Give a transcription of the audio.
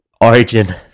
Origin